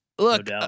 Look